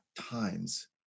times